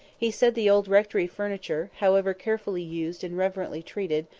he said the old rectory furniture, however carefully used and reverently treated,